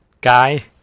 guy